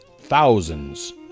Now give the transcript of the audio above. thousands